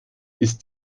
ist